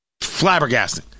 flabbergasting